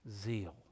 zeal